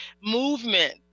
movement